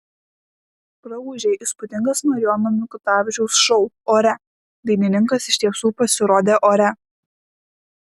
praūžė įspūdingas marijono mikutavičiaus šou ore dainininkas iš tiesų pasirodė ore